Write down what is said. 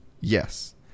Yes